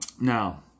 Now